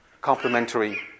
complementary